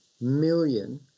million